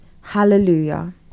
Hallelujah